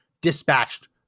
dispatched